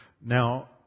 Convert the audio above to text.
Now